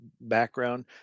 background